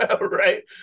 Right